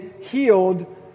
healed